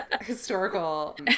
historical